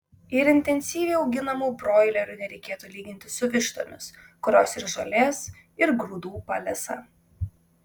ir intensyviai auginamų broilerių nereikėtų lyginti su vištomis kurios ir žolės ir grūdų palesa